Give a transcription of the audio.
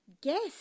guess